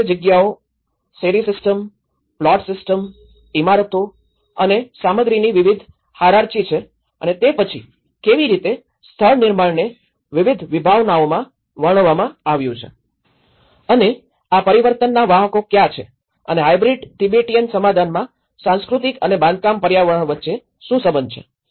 તમારી પાસે જગ્યાઓ શેરી સિસ્ટમ પ્લોટ સિસ્ટમ ઇમારતો સામગ્રીની વિવિધ હાયરાર્કી છે અને પછી કેવી રીતે સ્થળ નિર્માણને વિવિધ વિભાવનાઓમાં વર્ણવવામાં આવ્યું છે અને આ પરિવર્તનનાં વાહકો ક્યા છે અને હાયબ્રીડ તિબેટીયન સમાધાનમાં સાંસ્કૃતિક અને બાંધકામ પર્યાવરણ વચ્ચે શું સંબંધ છે